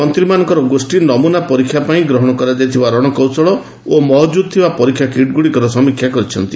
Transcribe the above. ମନ୍ତ୍ରୀମାନଙ୍କର ଗୋଷ୍ଠୀ ନମୁନା ପରୀକ୍ଷା ପାଇଁ ଗ୍ରହଣ କରାଯାଇଥିବା ରଣକୌଶଳ ଓ ମହକୁଦ ଥିବା ପରୀକ୍ଷା କିଟ୍ଗୁଡ଼ିକର ସମୀକ୍ଷା କରିଛନ୍ତି